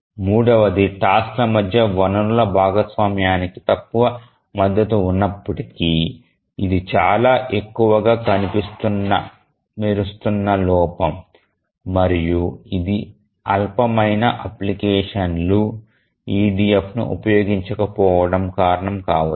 మూడవది టాస్క్ల మధ్య వనరుల భాగస్వామ్యానికి తక్కువ మద్దతు ఉన్నప్పటికీ ఇది చాలా ఎక్కువగా కనిపిస్తున్న మెరుస్తున్న లోపం మరియు ఇది అల్పమైన అప్లికేషన్ లు EDFను ఉపయోగించకపోవటానికి కారణం కావచ్చు